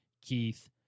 Keith